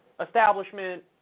establishment